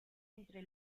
entre